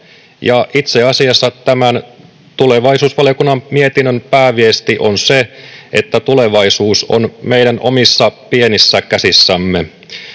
itse asiassa tämän tulevaisuusvaliokunnan mietinnön pääviesti on se, että tulevaisuus on meidän omissa pienissä käsissämme.